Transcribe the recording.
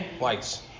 lights